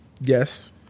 Yes